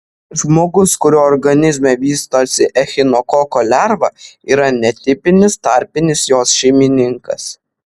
žmogus kurio organizme vystosi echinokoko lerva yra netipinis tarpinis jos šeimininkas